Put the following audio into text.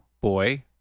boy